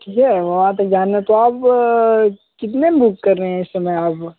ठीक है वहाँ तक जाना तो अब कितने में बुक कर रहे हैं इस समय आप